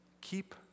Keep